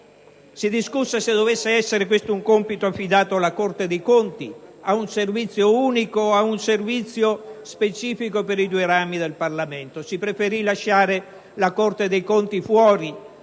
Si discusse se dovesse essere questo un compito affidato alla Corte dei conti, ad un Servizio unico o ad un Servizio specifico per i due rami del Parlamento: si preferì lasciare la Corte dei conti fuori